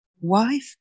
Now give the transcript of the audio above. wife